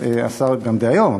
גם דהיום,